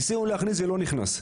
ניסינו להכניס ולא נכנס.